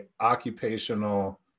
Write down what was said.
occupational